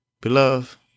Beloved